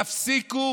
תפסיקו